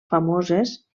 famoses